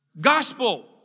Gospel